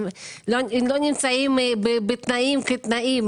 הם לא נמצאים בתנאים כתנאים.